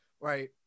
Right